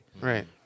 Right